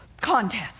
contest